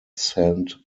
saint